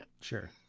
Sure